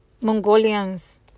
mongolians